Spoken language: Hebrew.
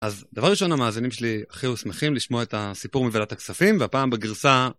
אז דבר ראשון, המאזינים שלי הכי היו שמחים לשמוע את הסיפור מועדת הכספים, והפעם בגרסה...